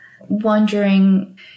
wondering